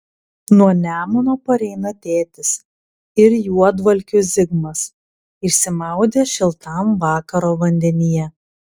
nuo nemuno pareina tėtis ir juodvalkių zigmas išsimaudę šiltam vakaro vandenyje